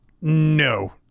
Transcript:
No